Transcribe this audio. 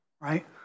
right